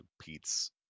Pete's